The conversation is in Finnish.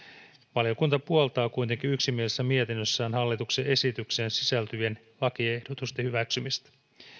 valiokunta puoltaa kuitenkin yksimielisessä mietinnössään hallituksen esitykseen sisältyvien lakiehdotusten hyväksymistä